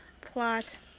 plot